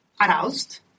Aroused